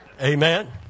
Amen